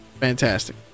Fantastic